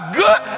good